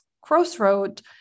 crossroad